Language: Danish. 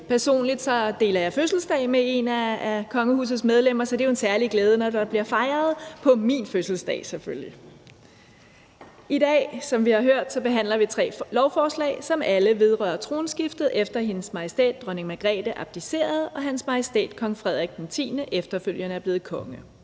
Personligt deler jeg fødselsdag med en af kongehusets medlemmer, så det er jo selvfølgelig en særlig glæde, når der bliver fejret på min fødselsdag. I dag behandler vi, som vi har hørt, tre lovforslag, som alle vedrører tronskiftet, efter at Hendes Majestæt Dronning Margrethe abdicerede og Hans Majestæt Kong Frederik X efterfølgende er blevet konge.